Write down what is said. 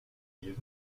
livres